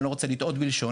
אני לא רוצה לטעות בלשוני,